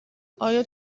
آیا